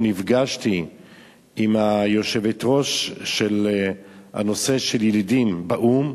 נפגשתי עם היושבת-ראש של הנושא של ילידים באו"ם,